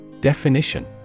Definition